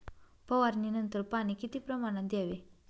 फवारणीनंतर पाणी किती प्रमाणात द्यावे?